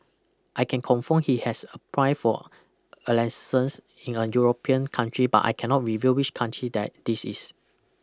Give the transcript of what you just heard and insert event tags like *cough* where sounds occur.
I can confirm he has applied for *unintelligible* in a European country but I cannot reveal which country that this is